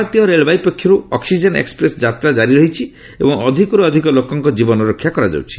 ଭାରତୀୟ ରେଳବାଇ ପକ୍ଷରୁ ଅକ୍ପିଜେନ୍ ଏକ୍ସପ୍ରେସ୍ ଯାତ୍ରା ଜାରି ରହିଛି ଏବଂ ଅଧିକରୁ ଅଧିକ ଲୋକଙ୍କ ଜୀବନ ରକ୍ଷା କରାଯାଉଛି